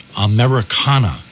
Americana